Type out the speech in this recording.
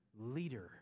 leader